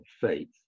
faith